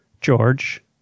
George